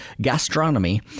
gastronomy